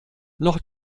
noch